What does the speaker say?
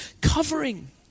covering